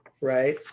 right